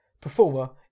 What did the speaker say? performer